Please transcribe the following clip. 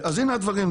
אז הנה הדברים,